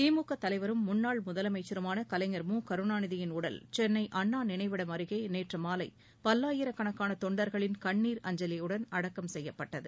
திமுக தலைவரும் முன்னாள் முதலமைச்சருமான கலைஞர் மு கருணநிதியின் உடல் சென்னை அண்ணா நினைவிடம் அருகே நேற்று மாலை பல்லாயிரக்கணக்கான தொண்டர்களின் கண்ணா அஞ்சலியுடன் அடக்கம் செய்யப்பட்டது